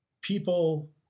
people